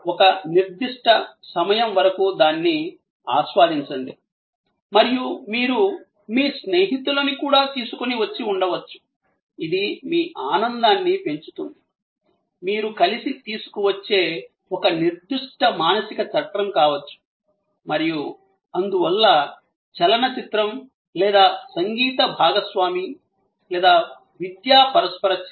ఒక నిర్దిష్ట సమయం వరకు దాన్ని ఆస్వాదించండి మరియు మీరు మీ స్నేహితులను కూడా తీసుకుని వచ్చి ఉండవచ్చు ఇది మీ ఆనందాన్ని పెంచుతుంది మీరు కలిసి తీసుకువచ్చే ఒక నిర్దిష్ట మానసిక చట్రం కావచ్చు మరియు అందువల్ల చలనచిత్రం లేదా సంగీత భాగస్వామి లేదా విద్యా పరస్పర చర్య